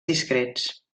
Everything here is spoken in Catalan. discrets